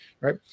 right